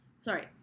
Sorry